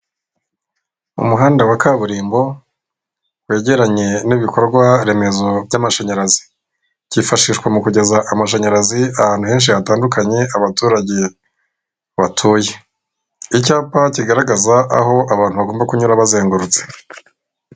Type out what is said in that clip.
Umuhanda wa kaburimbo wegeranye n'ibikorwa remezo by'amashanyarazi, kifashishwa mu kugeza amashanyarazi ahantu henshi hatandukanye abaturage batuye, icyapa kigaragaza aho abantu bagomba kunyura bazengurutse.